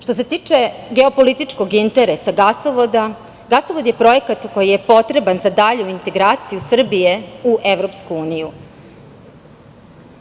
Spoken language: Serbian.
Što se tiče geopolitičkog interesa gasovoda, gasovod je projekat koji je potreban za dalju integraciju Srbije u Evropsku uniju.